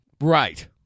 Right